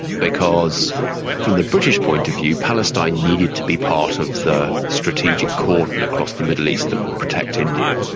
because from the british point of view palestine needed to be part of the strategic cordon across the middle east that would protect india.